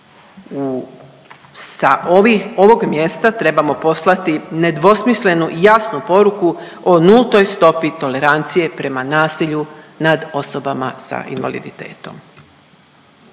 sa ovog mjesta trebamo poslati nedvosmislenu jasnu poruku o nultoj stopi tolerancije prema nasilju nad osobama sa invaliditetom.